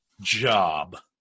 job